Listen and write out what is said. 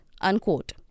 Unquote